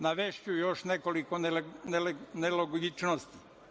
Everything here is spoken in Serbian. Navešću još nekoliko nelogičnosti.